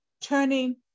turning